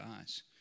eyes